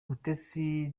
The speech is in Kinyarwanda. mutesi